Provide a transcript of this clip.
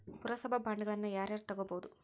ಪುರಸಭಾ ಬಾಂಡ್ಗಳನ್ನ ಯಾರ ಯಾರ ತುಗೊಬೊದು?